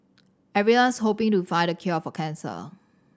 everyone's hoping to find the cure for cancer